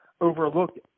overlooked